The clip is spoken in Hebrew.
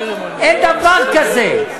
אין דבר כזה.